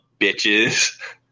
bitches